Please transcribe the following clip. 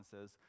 says